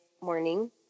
morning